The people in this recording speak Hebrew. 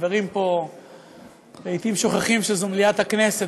החברים פה לעתים שוכחים שזו מליאת הכנסת